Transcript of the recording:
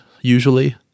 usually